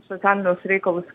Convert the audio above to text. socialinius reikalus